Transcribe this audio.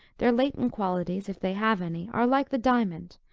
their latent qualities, if they have any, are like the diamond,